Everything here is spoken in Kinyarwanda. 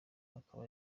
akaba